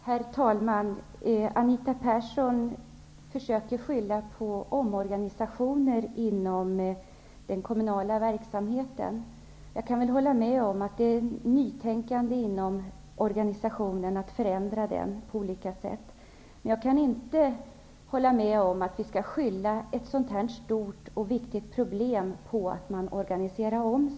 Herr talman! Anita Persson försöker skylla på omorganisationer inom den kommunala verksamheten. Jag kan väl hålla med om att det finns ett nytänkande inom organisationen, att man vill förändra den på olika sätt. Men jag kan inte hålla med om att vi skall skylla ett sådant här stort och viktigt problem på att man organiserar om.